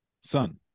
son